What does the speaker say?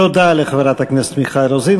תודה לחברת הכנסת מיכל רוזין.